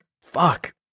fuck